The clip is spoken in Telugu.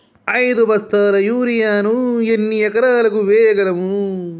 ఐదు బస్తాల యూరియా ను ఎన్ని ఎకరాలకు వేయగలము?